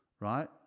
right